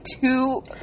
two